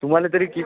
तुम्हाला तरी कित्